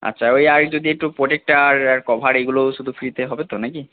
আচছা ওই আর যদি একটু প্রোটেক্টার আর কভার এইগুলো শুধু ফ্রিতে হবে তো নাকি